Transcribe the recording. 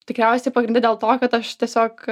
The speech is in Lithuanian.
tikriausiai pagrinde dėl to kad aš tiesiog